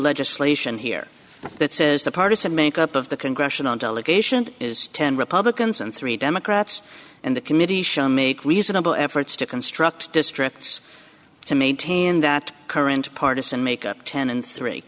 legislation here that says the partisan makeup of the congressional delegation is ten republicans and three democrats and the committee shall make reasonable efforts to construct districts to maintain that current partisan makeup ten and three